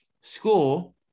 school